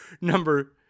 number